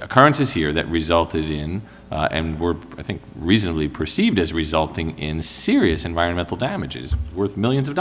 occurrences here that resulted in and were i think reasonably perceived as resulting in a serious environmental damages worth millions of